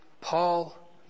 Paul